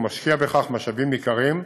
ומשקיע בכך משאבים ניכרים,